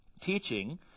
teaching